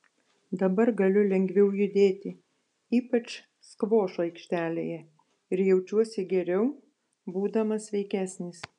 dabar galiu lengviau judėti ypač skvošo aikštelėje ir jaučiuosi geriau būdamas sveikesnis